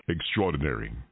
Extraordinary